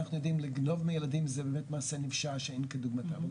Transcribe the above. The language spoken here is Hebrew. ואנחנו יודעים לגנוב מילדים זה מעשה נפשע שאין כדוגמתו.